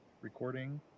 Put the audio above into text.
recording